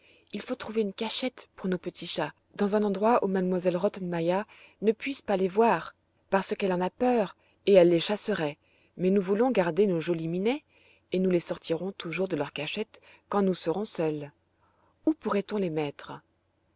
il faut trouver une cachette pour nos petits chats dans un endroit où m elle rottenmeier ne puisse pas les voir parce qu'elle en a peur et elle les chasserait mais nous voulons garder nos jolis minets et nous les sortirons toujours de leur cachette quand nous serons seules où pourrait-on les mettre